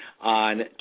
on